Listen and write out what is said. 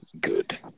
Good